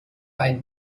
einen